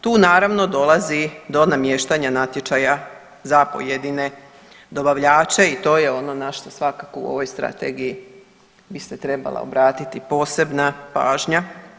Tu naravno dolazi do namještanja natječaja za pojedine dobavljače i to je ono na šta svakako u ovoj strategiji bi se trebala obratiti posebna pažnja.